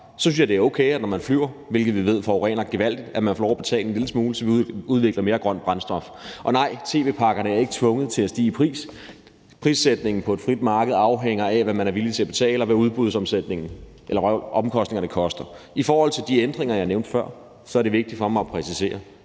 Så synes jeg, at det er okay, at når man flyver, hvilket vi ved forurener gevaldigt, får man lov at betale en lille smule, så vi udvikler mere grønt brændstof. Og nej, tv-pakkerne er ikke tvunget til at stige i pris. Prissætningen på et frit marked afhænger af, hvad man er villig til at betale, og hvad omkostningerne er. I forhold til de ændringer, jeg nævnte før, er det vigtigt for mig at præcisere,